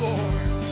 Lord